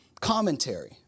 commentary